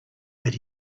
that